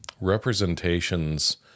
representations